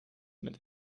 met